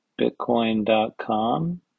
Bitcoin.com